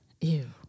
ew